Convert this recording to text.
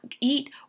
eat